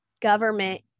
government